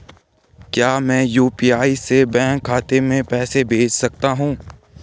क्या मैं यु.पी.आई से बैंक खाते में पैसे भेज सकता हूँ?